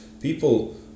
people